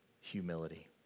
humility